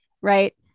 Right